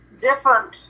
different